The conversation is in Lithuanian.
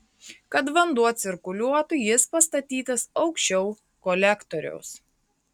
kad vanduo cirkuliuotų jis pastatytas aukščiau kolektoriaus